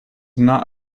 not